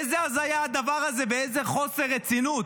איזה הזיה הדבר הזה, ואיזה חוסר רצינות.